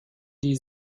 die